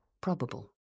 probable